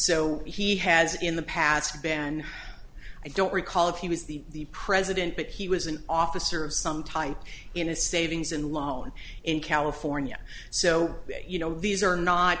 so he has in the past ban i don't recall if he was the president but he was an officer of some type in a savings and loan in california so you know these are not